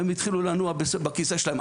הם התחילו לנוע בכיסא שלהם,